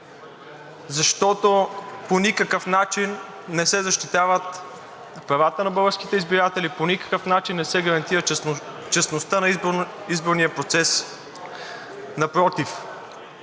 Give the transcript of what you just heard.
защото по никакъв начин не се защитават правата на българските граждани, по никакъв начин не се гарантира честността на изборния процес. Напротив.